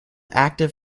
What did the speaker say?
active